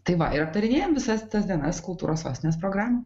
tai va ir aptarinėjam visas tas dienas kultūros sostinės programą